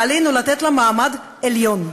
ועלינו לתת לה מעמד עליון.